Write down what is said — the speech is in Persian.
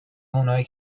اونایی